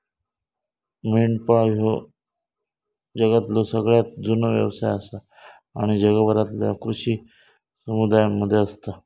मेंढपाळ ह्यो जगातलो सगळ्यात जुनो व्यवसाय आसा आणि जगभरातल्या कृषी समुदायांमध्ये असता